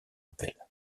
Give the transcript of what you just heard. appel